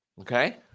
Okay